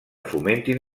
fomentin